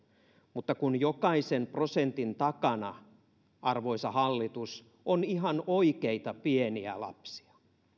mutta kun jokaisen prosentin takana arvoisa hallitus on ihan oikeita pieniä lapsia